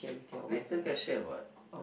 later can share what